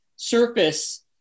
surface